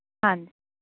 ਹਾਂਜੀ